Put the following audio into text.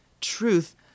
truth